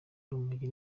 urumogi